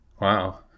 Wow